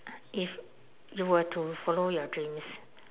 if you were to follow your dreams